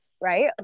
Right